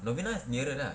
novena is nearer lah